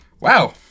Wow